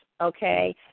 okay